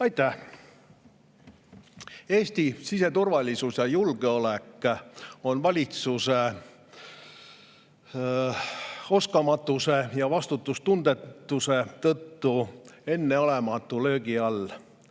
Aitäh! Eesti siseturvalisus ja julgeolek on valitsuse oskamatuse ja vastutustundetuse tõttu enneolematu löögi all.